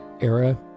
era